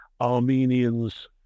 Armenians